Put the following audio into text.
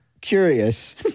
curious